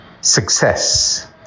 success